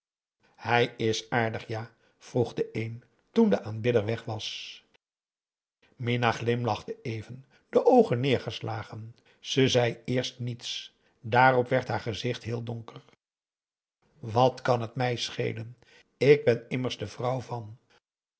hij is aardig ja vroeg de een toen de aanbidder weg was minah glimlachte even de oogen neergeslagen ze zei eerst niets daarop werd haar gezicht heel donker wat kan het mij schelen ik ben immers de vrouw van